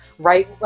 right